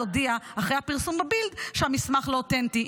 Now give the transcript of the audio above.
הודיע אחרי הפרסום בבילד שהמסמך לא אותנטי.